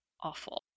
awful